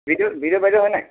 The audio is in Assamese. বিডঅ' বিডঅ' বাইদেউ হয়নে